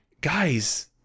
guys